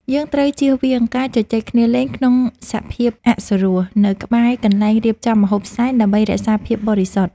យើងត្រូវជៀសវាងការជជែកគ្នាលេងក្នុងសភាពអសុរោះនៅក្បែរកន្លែងរៀបចំម្ហូបសែនដើម្បីរក្សាភាពបរិសុទ្ធ។